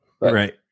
right